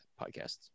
podcasts